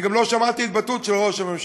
אני לא שמעתי התבטאות של ראש הממשלה,